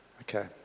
okay